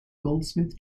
goldsmith